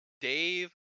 Dave